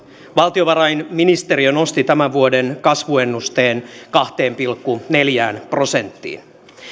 valtiovarainministeriö nosti tämän vuoden kasvuennusteen kahteen pilkku neljään prosenttiin